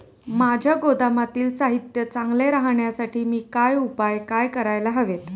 माझ्या गोदामातील साहित्य चांगले राहण्यासाठी मी काय उपाय काय करायला हवेत?